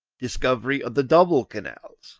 discovery of the double canals